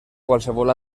qualsevol